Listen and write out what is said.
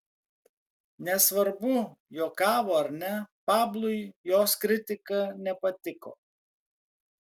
nesvarbu juokavo ar ne pablui jos kritika nepatiko